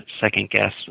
second-guess